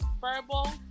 verbal